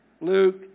Luke